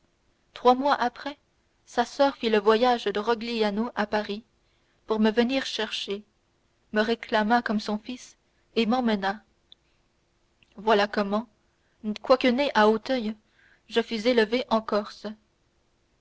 trois mois après sa soeur fit le voyage de rogliano à paris pour me venir chercher me réclama comme son fils et m'emmena voilà comment quoique né à auteuil je fus élevé en corse